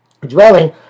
dwelling